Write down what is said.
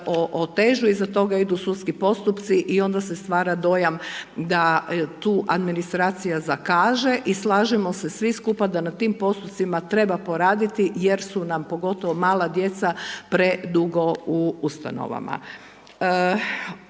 otežu, iza toga idu sudski postupci i onda se stvara dojam da je tu administracija zakaže i slažemo se svi skupa da nad tim postupcima treba poraditi jer su nam pogotovo mala djeca predugo u ustanovama.